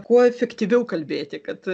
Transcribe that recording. kuo efektyviau kalbėti kad